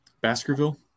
Baskerville